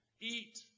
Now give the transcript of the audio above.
Eat